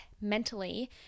mentally